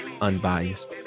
unbiased